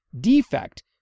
defect